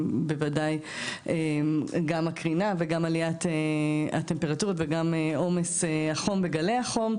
בוודאי גם על הקרינה וגם עליית הטמפרטורות וגם עומס החום וגלי החום.